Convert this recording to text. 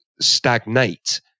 stagnate